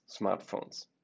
smartphones